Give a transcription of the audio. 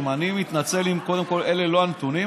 אני ממש מתנצל אם אלה לא הנתונים,